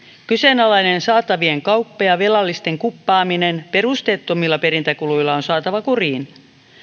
kyseenalainen saatavien kauppa ja velallisten kuppaaminen perusteettomilla perintäkuluilla on saatava kuriin